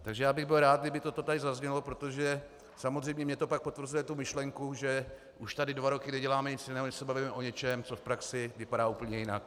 Takže já bych byl rád, kdyby toto tady zaznělo, protože samozřejmě mi to pak potvrzuje tu myšlenku, že už tady dva roky neděláme nic jiného, než se bavíme o něčem, co v praxi vypadá úplně jinak.